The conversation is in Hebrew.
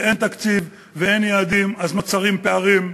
כשאין תקציב ואין יעדים, נוצרים פערים.